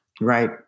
Right